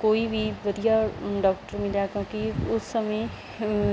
ਕੋਈ ਵੀ ਵਧੀਆ ਡਾਕਟਰ ਮਿਲਿਆ ਕਿਉਂਕਿ ਉਸ ਸਮੇਂ